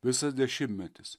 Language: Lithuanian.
visas dešimtmetis